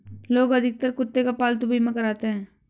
लोग अधिकतर कुत्ते का पालतू बीमा कराते हैं